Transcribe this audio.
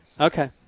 Okay